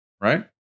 Right